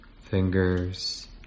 fingers